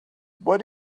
what